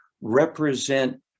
represent